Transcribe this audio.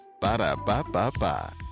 Ba-da-ba-ba-ba